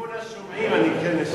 בכיוון השומעים אני כן משכנע.